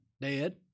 dead